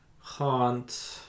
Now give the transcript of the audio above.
haunt